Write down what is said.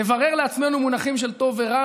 נברר לעצמנו מונחים של טוב ורע,